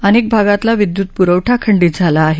अनेक भागातला विद्युत पुरवठा खंडित झाला आहे